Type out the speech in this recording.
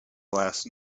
last